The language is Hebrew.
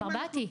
כבר באתי).